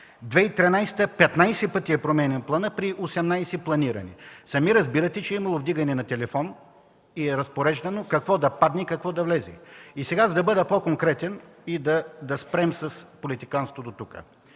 2013 г. планът е променян 15 пъти при 18 планирани. Сами разбирате, че е имало вдигане на телефон и е разпореждано какво да падне и какво да влезе. И сега, за да бъда по-конкретен и да спрем с политиканството дотук,